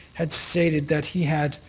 had stated that he had